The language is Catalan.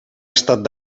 estat